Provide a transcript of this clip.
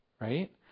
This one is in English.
right